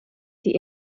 die